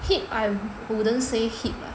hip I wouldn't say hip ah